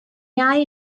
iau